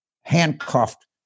handcuffed